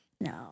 no